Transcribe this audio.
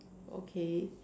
okay